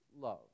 love